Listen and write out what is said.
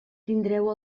tindreu